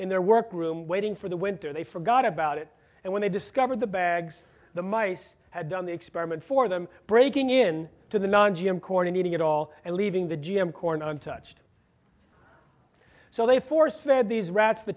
in their work room waiting for the winter they forgot about it and when they discovered the bags the mice had done the experiment for them breaking in to the non g m corn eating it all and leaving the g m corn untouched so they force fed these rats the